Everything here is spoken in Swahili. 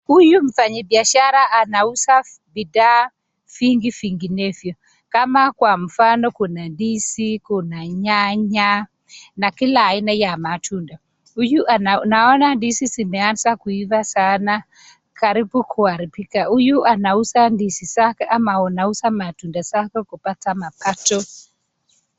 Huyu mfanyabiashara anauza bidhaa vingi vinginevyo, kama kwa mfano kuna ndizi, kuna nyanya na kila aina ya matunda. Huyu naona ndizi zimeanza kuiva sana karibu kuharibika. Huyu anauza ndizi zake ama anauza matunda zake kupata mapato.